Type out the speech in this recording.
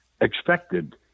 expected